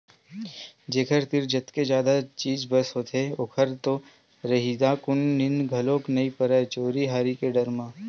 जेखर तीर जतके जादा चीज बस होथे ओखर तो रतिहाकुन नींद घलोक नइ परय चोरी हारी के डर म